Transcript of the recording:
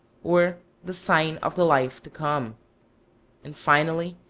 or the sign of the life to come and, finally,